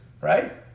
right